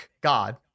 God